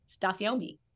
Stafiomi